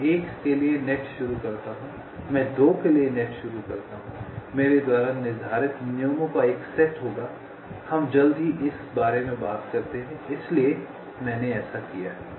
मैं 1 के लिए नेट शुरू करता हूं मैं 2 के लिए नेट शुरू करता हूं मेरे द्वारा निर्धारित नियमों का एक सेट होगा हम जल्द ही इस बारे में बात करते हैं इसलिए मैंने ऐसा किया है